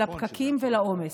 לפקקים ולעומס.